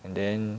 and then